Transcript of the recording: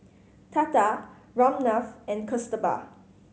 Tata Ramnath and Kasturba